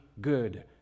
good